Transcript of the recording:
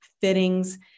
fittings